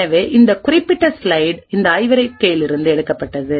எனவே இந்த குறிப்பிட்ட ஸ்லைடு இந்த ஆய்வறிக்கையில் இருந்து எடுக்கப்பட்டது